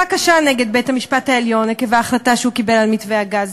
קשה נגד בית-המשפט העליון עקב ההחלטה שהוא קיבל על מתווה הגז,